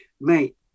mate